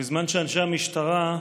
בזמן שאנשי המשטרה,